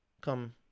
come